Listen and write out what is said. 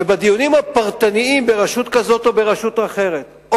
ובדיונים הפרטניים ברשות כזאת או ברשות אחרת,